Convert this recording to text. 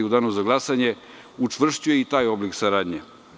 U danu za glasanje učvršćuje i taj oblik saradnje.